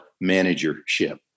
managership